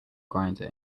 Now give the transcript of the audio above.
grinder